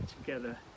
together